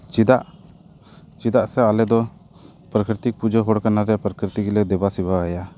ᱪᱮᱫᱟᱜ ᱪᱮᱫᱟᱜ ᱥᱮ ᱟᱞᱮ ᱫᱚ ᱯᱨᱟᱠᱨᱤᱛᱤᱠ ᱯᱩᱡᱟᱹ ᱦᱚᱲ ᱠᱟᱱᱟᱞᱮ ᱯᱨᱟᱠᱨᱤᱛᱤᱠ ᱞᱮ ᱫᱮᱵᱟᱥᱮᱵᱟᱣᱟᱭᱟ